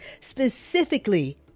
specifically